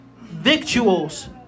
victuals